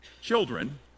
children